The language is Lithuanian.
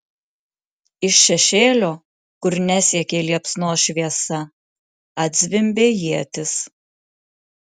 iš šešėlio kur nesiekė liepsnos šviesa atzvimbė ietis